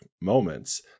moments